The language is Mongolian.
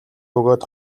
бөгөөд